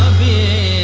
the